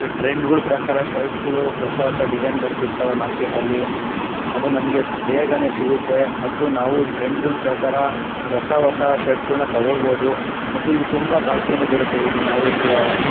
ಟ್ರೆಂಡ್ಗಳ ಪ್ರಕಾರ ಶರ್ಟ್ಗಳು ಹೊಸ ಹೊಸ ಡಿಸೈನ್ ಬರ್ತಿರ್ತವೆ ಮಾರ್ಕೆಟಲ್ಲಿ ಅದು ನಮಗೆ ಬೇಗನೆ ಸಿಗುತ್ತೆ ಮತ್ತು ನಾವು ಟ್ರೆಂಡ್ಗಳ ಪ್ರಕಾರ ಹೊಸ ಹೊಸ ಶರ್ಟ್ಗಳ್ನ ತೊಗೊಳ್ಬೋದು ಮತ್ತು ಇದು ತುಂಬ ಬಾಳಿಕೆನು ಬರುತ್ತೆ ಇದಿನಾವೆ ಯ